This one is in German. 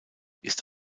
ist